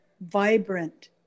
vibrant